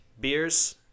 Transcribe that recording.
beers